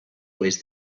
weighs